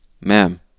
Ma'am